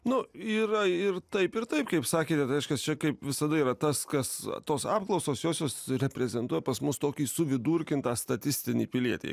na yra ir taip ir taip kaip sakėte reiškias čia kaip visada yra tas kas tos apklausos josios reprezentuoja pas mus tokį suvidurkintą statistinį pilietį